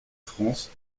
france